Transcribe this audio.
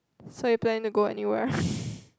so you planning to go anywhere